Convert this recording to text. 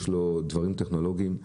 יש לו דברים טכנולוגיים,